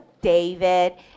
David